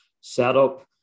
setup